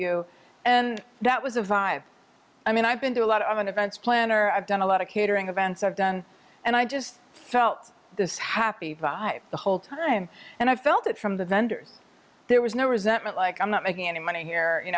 you and that was a vibe i mean i've been to a lot of an events planner i've done a lot of catering events i've done and i just felt this happy by the whole time and i felt it from the vendors there was no resentment like i'm not making any money here you